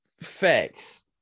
Facts